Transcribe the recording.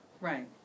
right